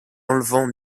enlevant